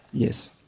yes.